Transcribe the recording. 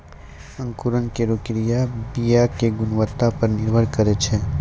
अंकुरन केरो क्रिया बीया क गुणवत्ता पर निर्भर करै छै